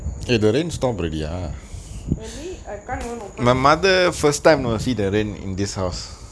maybe I can't even open this